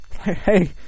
hey